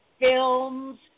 films